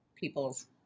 people's